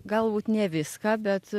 galbūt ne viską bet